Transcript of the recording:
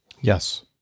yes